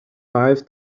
five